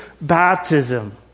baptism